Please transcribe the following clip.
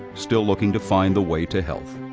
still looking to find the way to health.